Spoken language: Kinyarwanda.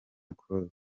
close